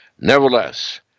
Nevertheless